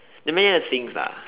there are many other things lah